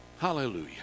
Hallelujah